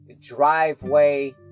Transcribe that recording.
driveway